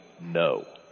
no